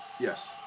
Yes